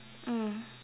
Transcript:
mm